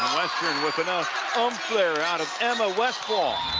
western with enough umph there out of emma westphal.